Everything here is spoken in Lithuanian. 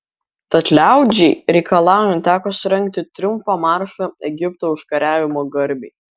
tad liaudžiai reikalaujant teko surengti triumfo maršą egipto užkariavimo garbei